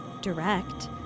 direct